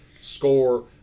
score